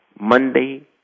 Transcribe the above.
Monday